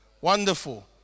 Wonderful